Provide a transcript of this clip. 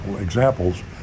examples